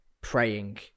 praying